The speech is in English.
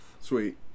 Sweet